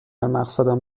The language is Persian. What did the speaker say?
مقصدم